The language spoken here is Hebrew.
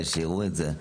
שיראו אותו: